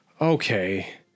okay